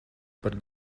par